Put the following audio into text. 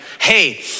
hey